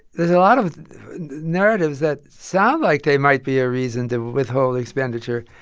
there's a lot of narratives that sound like they might be a reason to withhold expenditure.